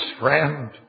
friend